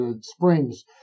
springs